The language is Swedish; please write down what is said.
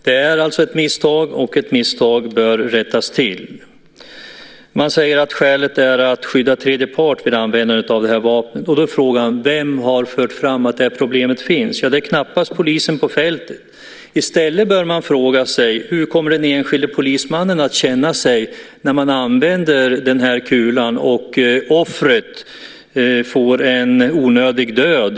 Det har alltså gjorts ett misstag, och misstag bör rättas till. Man säger att skälet till användandet av kulan är att skydda tredje part. Då uppstår frågan vem som fört fram att det problemet finns. Det är knappast polisen på fältet. I stället bör man fråga sig hur den enskilde polismannen kommer att känna sig när han eller hon använder kulan och offret dör i onödan.